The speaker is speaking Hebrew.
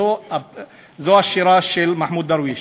זו השירה של מחמוד דרוויש.